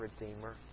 Redeemer